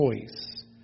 choice